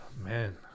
Man